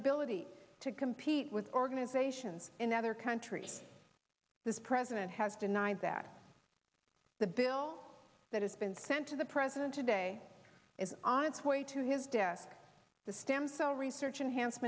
ability to compete with organizations in other countries this president has denied that the bill that has been sent to the president today is on its way to his desk the stem cell research and